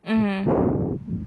mmhmm